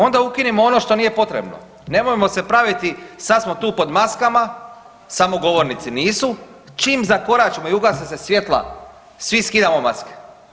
Onda ukinimo ono što nije potrebno, nemojmo se praviti sad smo tu pod maskama samo govornici nisu, čim zakoračimo i ugase se svjetla svi skidamo maske.